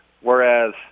whereas